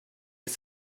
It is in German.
ist